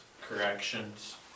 corrections